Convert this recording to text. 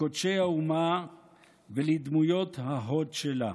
לקודשי האומה ולדמויות ההוד שלה.